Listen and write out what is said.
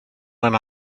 went